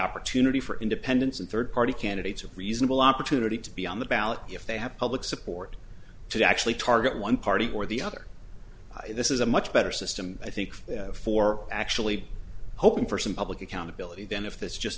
opportunity for independents and third party candidates a reasonable opportunity to be on the ballot if they have public support to actually target one party or the other this is a much better system i think for actually hoping for some public accountability then if that's just